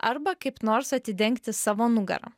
arba kaip nors atidengti savo nugarą